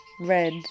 red